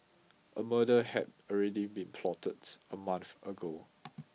a murder had already been plotted a month ago